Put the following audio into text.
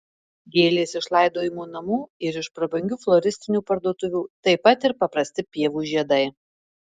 gėlės iš laidojimo namų ir iš prabangių floristinių parduotuvių taip pat ir paprasti pievų žiedai